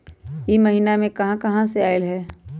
इह महिनमा मे कहा कहा से पैसा आईल ह?